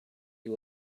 you